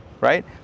right